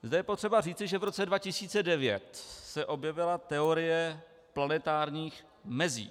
Zde je potřeba říci, že v roce 2009 se objevila teorie planetárních mezí.